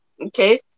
okay